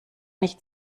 nicht